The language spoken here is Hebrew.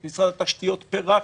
את משרד התשתיות פירקנו.